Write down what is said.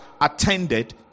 attended